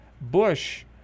Bush